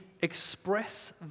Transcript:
express